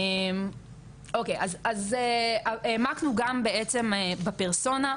אז העמקנו גם בעצם בפרסונה,